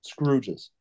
scrooges